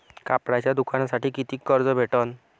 कापडाच्या दुकानासाठी कितीक कर्ज भेटन?